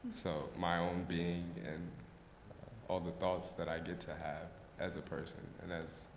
so my own being and all the thoughts that i get to have as a person and as